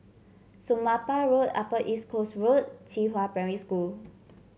Somapah Road Upper East Coast Road and Qihua Primary School